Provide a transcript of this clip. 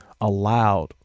allowed